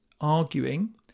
arguing